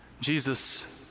Jesus